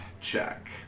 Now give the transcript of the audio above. check